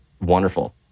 wonderful